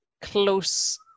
close